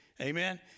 Amen